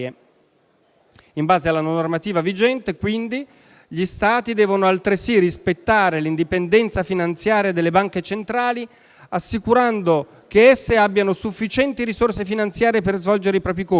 In base alla normativa vigente, quindi, gli Stati «devono, altresì, rispettare l'indipendenza finanziaria delle banche centrali, assicurando che esse abbiano sufficienti risorse finanziarie per svolgere i propri compiti.